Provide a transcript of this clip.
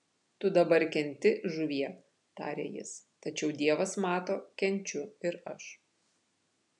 tu dabar kenti žuvie tarė jis tačiau dievas mato kenčiu ir aš